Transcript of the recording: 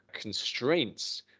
constraints